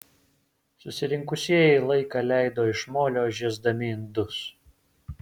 susirinkusieji laiką leido iš molio žiesdami indus